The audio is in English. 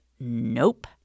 nope